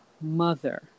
mother